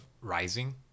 Rising